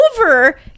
over